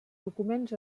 documents